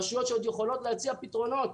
רשויות שעוד יכולות להציע פתרונות.